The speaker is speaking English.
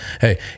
hey